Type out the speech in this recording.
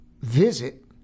visit